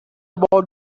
about